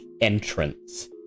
entrance